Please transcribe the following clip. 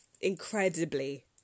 incredibly